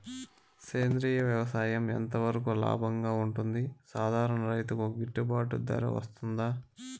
సేంద్రియ వ్యవసాయం ఎంత వరకు లాభంగా ఉంటుంది, సాధారణ రైతుకు గిట్టుబాటు ధర వస్తుందా?